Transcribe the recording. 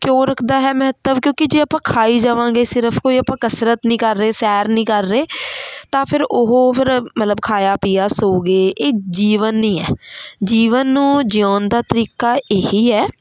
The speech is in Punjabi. ਕਿਉਂ ਰੱਖਦਾ ਹੈ ਮਹੱਤਵ ਕਿਉਂਕਿ ਜੇ ਆਪਾਂ ਖਾਈ ਜਾਵਾਂਗੇ ਸਿਰਫ ਕੋਈ ਆਪਾਂ ਕਸਰਤ ਨਹੀਂ ਕਰ ਰਹੇ ਸੈਰ ਨਹੀਂ ਕਰ ਰਹੇ ਤਾਂ ਫਿਰ ਉਹ ਫਿਰ ਮਤਲਬ ਖਾਇਆ ਪੀਆ ਸੌ ਗਏ ਇਹ ਜੀਵਨ ਨਹੀਂ ਹੈ ਜੀਵਨ ਨੂੰ ਜਿਉਣ ਦਾ ਤਰੀਕਾ ਇਹੀ ਹੈ